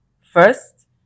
first